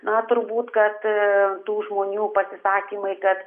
na turbūt kad aa tų žmonių pasisakymai kad